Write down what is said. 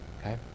Okay